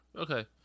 Okay